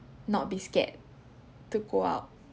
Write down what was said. not be scared to go out